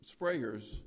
sprayers